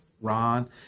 Ron